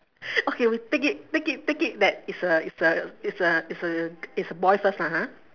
okay we take it take it take it that it's a it's a it's a it's a it's a boy first lah ha